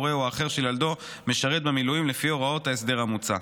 הורהו האחר של ילדו משרת במילואים לפי הוראות ההסדר המוצע.